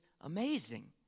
amazing